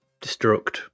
Destruct